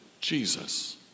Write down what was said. Jesus